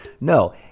No